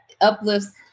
uplifts